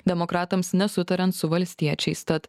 demokratams nesutariant su valstiečiais tad